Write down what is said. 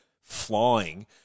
flying